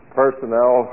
personnel